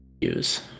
use